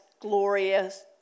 glorious